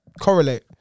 correlate